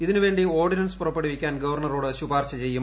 ഇതിനുവേി ordinance പുറപ്പെടുവിക്കാൻ ഗവർണ റോട് ശുപാർശ ചെയ്യും